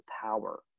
power